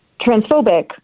transphobic